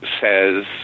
says